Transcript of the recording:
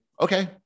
okay